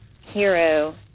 Hero